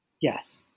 Yes